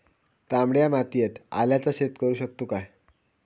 तामड्या मातयेत आल्याचा शेत करु शकतू काय?